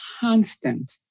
constant